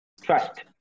Trust